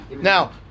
Now